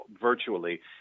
virtually